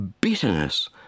bitterness